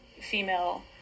female